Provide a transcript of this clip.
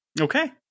Okay